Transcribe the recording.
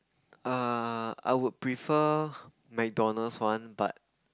err I would prefer McDonald's one but